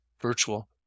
virtual